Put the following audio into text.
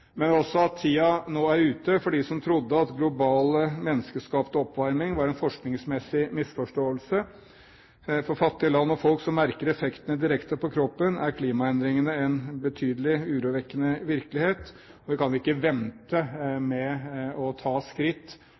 at tiden nå er ute for dem som trodde at global, menneskeskapt oppvarming var en forskningsmessig misforståelse. For fattige land og folk som merker effektene direkte på kroppen, er klimaendringene en betydelig urovekkende virkelighet, og vi kan ikke vente med å ta skritt